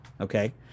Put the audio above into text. Okay